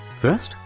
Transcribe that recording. first,